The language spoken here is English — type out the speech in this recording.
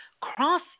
cross